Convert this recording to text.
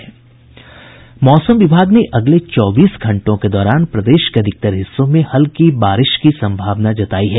मौसम विभाग ने अगले चौबीस घंटों के दौरान प्रदेश के अधिकतर हिस्सों में हल्की बारिश की संभावना जतायी है